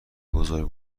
بزرگ